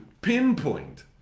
pinpoint